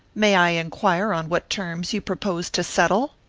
may i inquire on what terms you propose to settle?